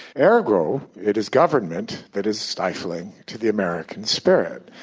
ergo, it is government that is stifling to the american spirit.